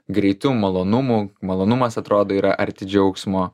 greitų malonumų malonumas atrodo yra arti džiaugsmo